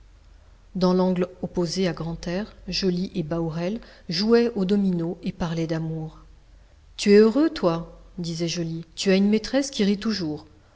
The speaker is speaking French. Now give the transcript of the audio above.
dans l'angle opposé à grantaire joly et bahorel jouaient aux dominos et parlaient d'amour tu es heureux toi disait joly tu as une maîtresse qui rit toujours